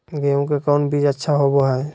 गेंहू के कौन बीज अच्छा होबो हाय?